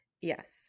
Yes